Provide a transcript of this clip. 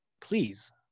Please